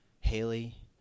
Haley